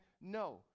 No